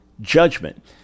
judgment